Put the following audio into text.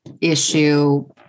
issue